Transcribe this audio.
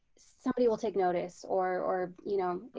somebody will take notice or or you know,